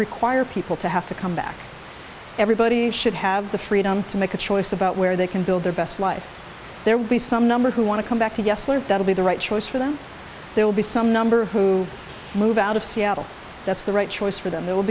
require people to have to come back everybody should have the freedom to make a choice about where they can build their best life there will be some number who want to come back to yes there will be the right choice for them there will be some number who move out of seattle that's the right choice for them there will